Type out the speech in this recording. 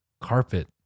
carpet